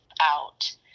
out